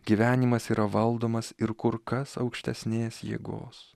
gyvenimas yra valdomas ir kur kas aukštesnės jėgos